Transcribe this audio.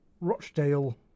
Rochdale